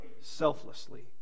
selflessly